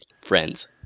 friends